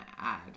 add